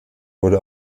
wurde